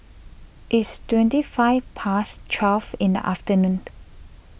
its twenty five past twelve in the afternoon